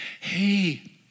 hey